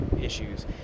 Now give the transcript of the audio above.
issues